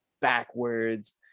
backwards